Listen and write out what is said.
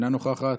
אינה נוכחת,